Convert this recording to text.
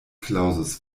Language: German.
clausus